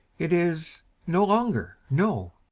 it is no longer. no!